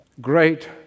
great